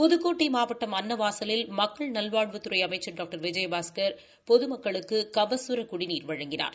புதுக்கோட்டை மாவட்டம் அன்னவாசலில் மக்கள் நல்வாழ்வுத்துறை அசைமச்சள் டாக்டர் விஜயபாஸ்கர் பொதுமக்களுக்கு கபசுர குடிநீா வழங்கினார்